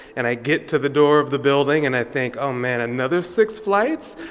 and i get to the door of the building, and i think, oh, man, another six flights?